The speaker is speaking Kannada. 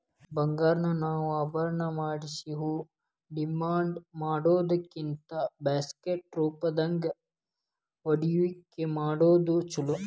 ಬಂಗಾರಾನ ನಾವ ಆಭರಣಾ ಮಾಡ್ಸಿ ಹೂಡ್ಕಿಮಾಡಿಡೊದಕ್ಕಿಂತಾ ಬಿಸ್ಕಿಟ್ ರೂಪ್ದಾಗ್ ಹೂಡ್ಕಿಮಾಡೊದ್ ಛೊಲೊ